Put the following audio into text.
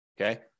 Okay